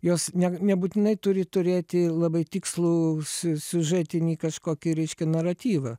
jos ne nebūtinai turi turėti labai tikslų siu siužetinį kažkokį reiškia naratyvą